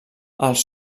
els